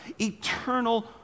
Eternal